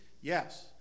Yes